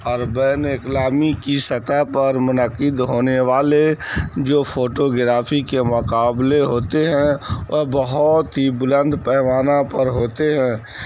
اور بین الاقوامی کی سطح پر منعقد ہونے والے جو فوٹوگرافی کے مقابلے ہوتے ہیں وہ بہت ہی بلند پیمانہ پر ہوتے ہیں